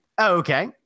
okay